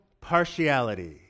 partiality